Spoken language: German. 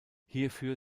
hierfür